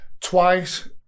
twice